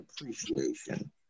appreciation